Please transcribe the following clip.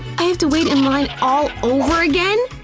i have to wait in line all over again!